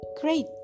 Great